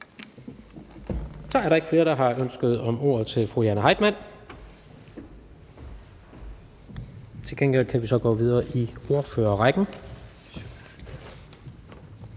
Så er der ikke flere, der har ønsket ordet til fru Jane Heitmann. Til gengæld kan vi så gå videre i ordførerrækken.